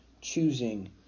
choosing